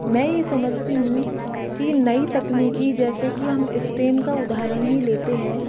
मैं ये समझती हूँ कि नई तकनीकी जैसे की हम स्टेम का उदाहरण ही लेते हैं